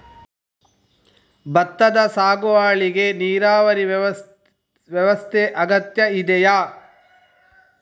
ಭತ್ತದ ಸಾಗುವಳಿಗೆ ನೀರಾವರಿ ವ್ಯವಸ್ಥೆ ಅಗತ್ಯ ಇದೆಯಾ?